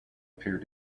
appeared